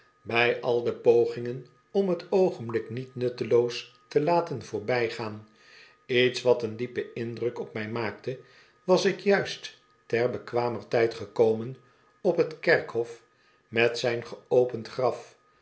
bij al de pogingen om t oogenblik niet nutteloos te laten voorbijgaan iets wat een diepen indruk op mij maakte was ik juist ter bekwamer tijd gekomen op t kerkhof met zijn geopend graf